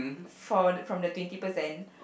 for the from the twenty percent